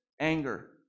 anger